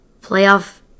playoff